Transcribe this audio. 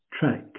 track